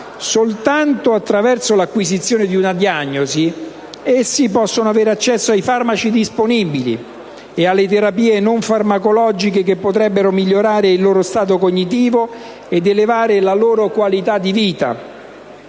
Soltanto attraverso l'acquisizione di una diagnosi essi possono avere accesso ai farmaci disponibili e alle terapie non farmacologiche che potrebbero migliorare il loro stato cognitivo ed elevare la loro qualità di vita.